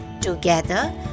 Together